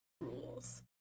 rules